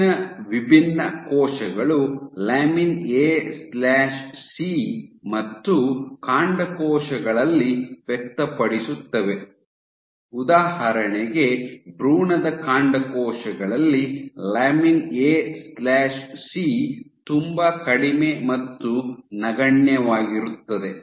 ಹೆಚ್ಚಿನ ವಿಭಿನ್ನ ಕೋಶಗಳು lamin A C lamin AC ಮತ್ತು ಕಾಂಡಕೋಶಗಳಲ್ಲಿ ವ್ಯಕ್ತಪಡಿಸುತ್ತವೆ ಉದಾಹರಣೆಗೆ ಭ್ರೂಣದ ಕಾಂಡಕೋಶಗಳಲ್ಲಿ lamin A C lamin AC ತುಂಬಾ ಕಡಿಮೆ ಮತ್ತು ನಗಣ್ಯವಾಗಿರುತ್ತದೆ